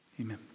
Amen